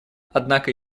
однако